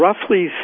Roughly